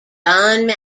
john